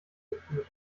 geführt